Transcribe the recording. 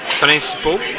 principaux